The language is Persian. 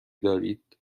دارید